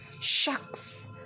Shucks